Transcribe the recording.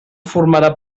formarà